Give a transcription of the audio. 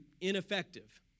ineffective